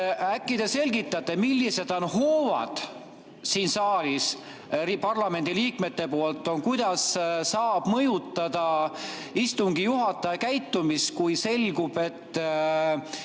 Äkki te selgitate, millised hoovad on siin saalis parlamendiliikmetel ja kuidas saab mõjutada istungi juhataja käitumist, kui selgub ja